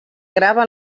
grava